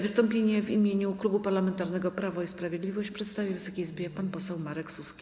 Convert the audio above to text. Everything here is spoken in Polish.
Wystąpienie w imieniu Klubu Parlamentarnego Prawo i Sprawiedliwość przedstawi Wysokiej Izbie pan poseł Marek Suski.